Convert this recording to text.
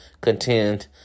contend